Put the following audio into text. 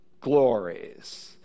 glories